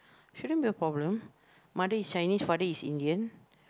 shouldn't be a problem mother is Chinese father is Indian